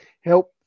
help